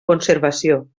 conservació